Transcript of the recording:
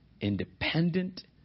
independent